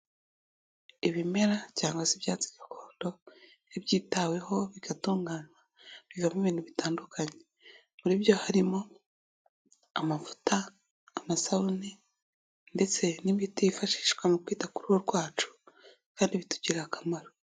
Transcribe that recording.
Ibimera cyangwa se ibyatsi gakondo iyo byitaweho bigatunganywa bivamo ibintu bitandukanye, muri byo harimo amavuta, amasabune ndetse n'imiti yifashishwa mu kwita ku ruhu rwacu kandi bitugirira akamaro.